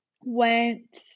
went